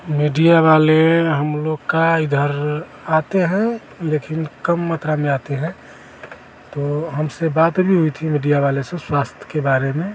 media वाले हम लोग का इधर आते हैं लेकिन कम मात्र में आते हैं तो हमसे बात भी हुई थी मीडिया वाले से स्वास्थ्य के बारे में